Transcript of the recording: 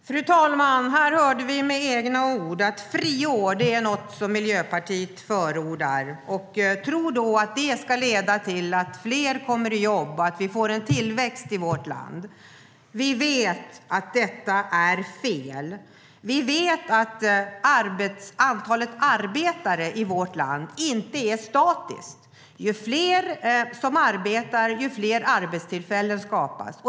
Fru talman! Här hörde vi att friår är något som Miljöpartiet förordar. Man tror att det ska leda till att fler kommer i jobb och att det blir tillväxt i vårt land. Vi vet att detta är fel. Vi vet att antalet arbetare i vårt land inte är statiskt. Ju fler som arbetar, desto fler arbetstillfällen skapas.